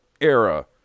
era